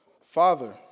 Father